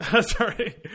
Sorry